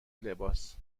لباس